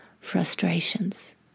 frustrations